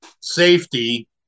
safety